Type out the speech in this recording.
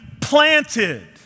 planted